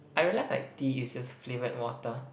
I realise like tea is just flavoured water